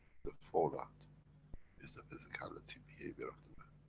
the fall out is the physicality, behavior of the man.